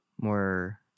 more